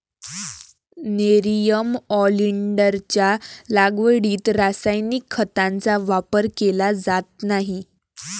nerium ऑलिंडरच्या लागवडीत रासायनिक खतांचा वापर केला जात नाही